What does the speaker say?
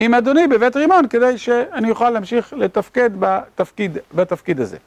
עם אדוני בבית רימון כדי שאני אוכל להמשיך לתפקד בתפקיד הזה.